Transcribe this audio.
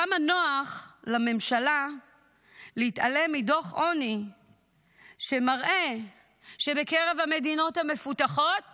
כמה נוח לממשלה להתעלם מדוח עוני שמראה שבקרב המדינות המפותחות